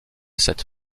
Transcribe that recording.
cette